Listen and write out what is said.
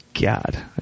God